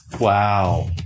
Wow